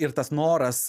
ir tas noras